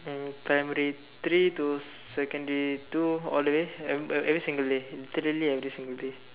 um primary three to secondary two all the way every every single day literally every single day